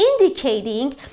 indicating